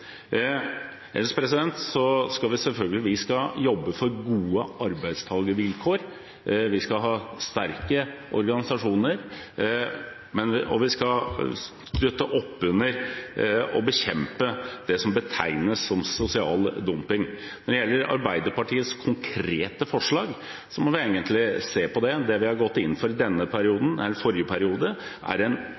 Ellers skal vi selvfølgelig jobbe for gode arbeidstakervilkår. Vi skal ha sterke organisasjoner, og vi skal støtte opp under å bekjempe det som betegnes som sosial dumping. Når det gjelder Arbeiderpartiets konkrete forslag, må vi egentlig se på det. Det vi gikk inn for i forrige periode, er en